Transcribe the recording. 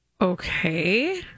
Okay